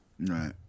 Right